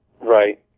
Right